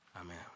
amen